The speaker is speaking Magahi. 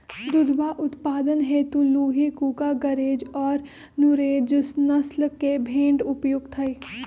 दुधवा उत्पादन हेतु लूही, कूका, गरेज और नुरेज नस्ल के भेंड़ उपयुक्त हई